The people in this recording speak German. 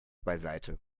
beiseite